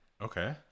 Okay